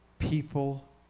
people